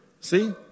See